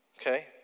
Okay